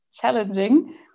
challenging